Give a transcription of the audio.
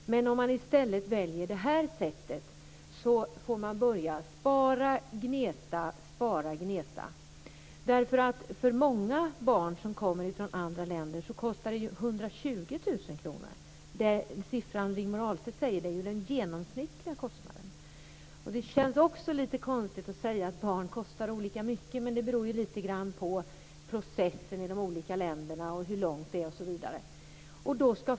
Men om man i stället väljer adoption får man börja spara och gneta. När det gäller många barn som kommer från andra länder kostar det 120 000 kr. Kostnaden Rigmor Stenmark nämner är den genomsnittliga kostnaden. Det känns också lite konstigt att säga att barn kostar olika mycket, men det beror lite grann på processen i de olika länderna, hur långt det är osv.